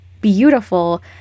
beautiful